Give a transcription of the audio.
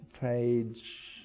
page